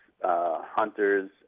hunters